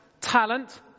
talent